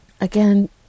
Again